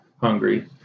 hungry